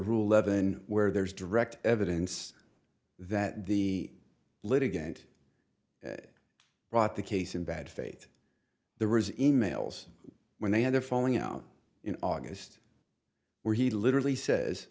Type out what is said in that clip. ruhleben where there's direct evidence that the litigant brought the case in bad faith there was e mails when they had a falling out in august where he literally says